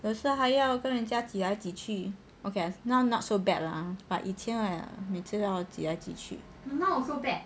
有时还要跟人家挤来挤去 okay lah now not so bad lah but ah 以前每次都要挤来挤去